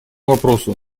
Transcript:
вопросу